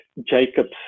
Jacob's